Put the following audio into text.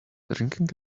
drinking